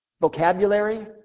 vocabulary